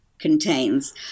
contains